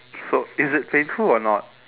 so is it painful or not